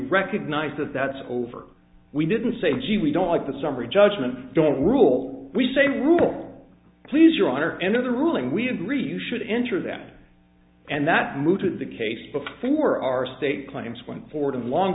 recognize that that's over we didn't say gee we don't like the summary judgment don't rule we say we will please your honor and of the ruling we agree you should enter that and that move to the case before our state claims went forward and long